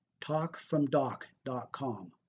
talkfromdoc.com